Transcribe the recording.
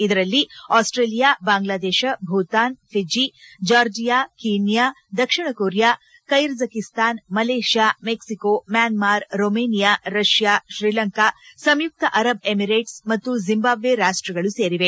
ಇದರಲ್ಲಿ Australia Bangladesh Bhutan Fiji Georgia Kenya ದಕ್ಷಿಣ Korea Kyrgyzstan Malaysia Mexico Myanmar Romania Russia Sri Lanka ಸಂಯುಕ್ತ Arab Emirates ಮತ್ತು Zimbabwe ರಾಷ್ಟಗಳು ಸೇರಿವೆ